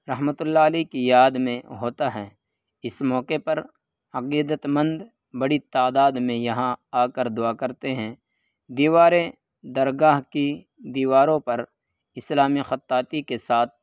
رحمۃ اللہ علیہ کی یاد میں ہوتا ہے اس موقع پر عقیدت مند بڑی تعداد میں یہاں آ کر دعا کرتے ہیں دیواریں درگاہ کی دیواروں پر اسلامی خطاطی کے ساتھ